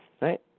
Right